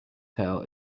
tail